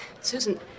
Susan